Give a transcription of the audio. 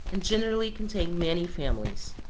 and generally contain many families.